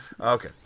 Okay